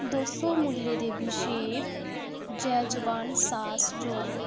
दो सो मुल्ले दे बिशेफ जैजवान सास जोड़ो